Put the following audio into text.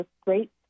great